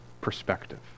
perspective